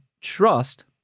trust